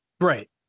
Right